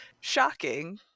shocking